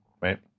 right